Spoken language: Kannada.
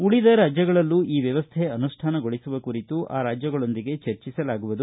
ಉಳಿದ ರಾಜ್ಯಗಳಲ್ಲೂ ಈ ವ್ಯವಸ್ಥೆ ಅನುಷ್ಠಾನಗೊಳಿಸುವ ಕುರಿತು ಆ ರಾಜ್ಯಗಳೊಂದಿಗೆ ಚರ್ಚಿಸಲಾಗುವುದು